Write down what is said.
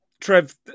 Trev